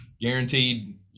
guaranteed